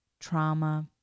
trauma